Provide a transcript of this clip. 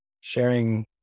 sharing